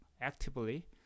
actively